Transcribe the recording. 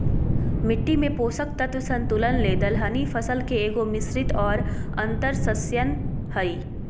मिट्टी में पोषक तत्व संतुलन ले दलहनी फसल के एगो, मिश्रित और अन्तर्शस्ययन हइ